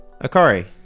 Akari